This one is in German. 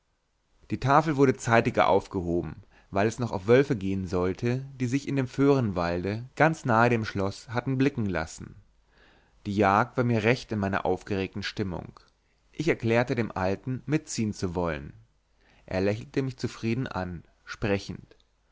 die tafel wurde zeitiger aufgehoben weil es noch auf wölfe gehen sollte die sich in dem föhrenwalde ganz nahe dem schlosse hatten blicken lassen die jagd war mir recht in meiner aufgeregten stimmung ich erklärte dem alten mitziehn zu wollen er lächelte mich zufrieden an sprechend